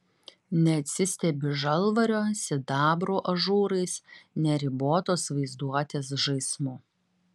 neatsistebi žalvario sidabro ažūrais neribotos vaizduotės žaismu